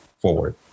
forward